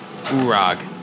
Urag